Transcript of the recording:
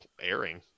airing